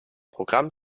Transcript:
programm